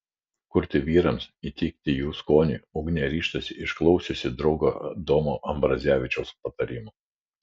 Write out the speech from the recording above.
kurti vyrams įtikti jų skoniui ugnė ryžtasi išklausiusi draugo domo ambrazevičiaus patarimų